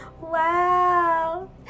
Wow